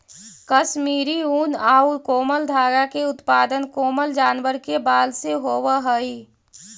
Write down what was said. कश्मीरी ऊन आउ कोमल धागा के उत्पादन कोमल जानवर के बाल से होवऽ हइ